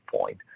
point